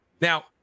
Now